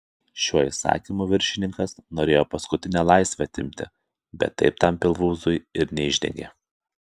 šiuo įsakymu viršininkas norėjo paskutinę laisvę atimti bet taip tam pilvūzui ir neišdegė